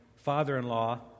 father-in-law